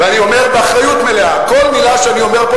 ואני אומר באחריות מלאה: כל מלה שאני אומר פה,